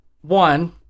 One